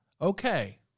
Okay